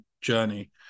journey